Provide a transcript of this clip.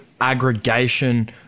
aggregation